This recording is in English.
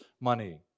money